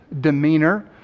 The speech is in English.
demeanor